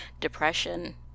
depression